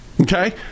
Okay